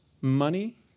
money